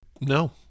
no